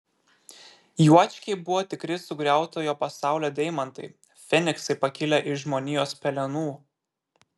juočkiai buvo tikri sugriautojo pasaulio deimantai feniksai pakilę iš žmonijos pelenų